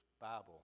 Bible